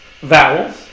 vowels